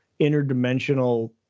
interdimensional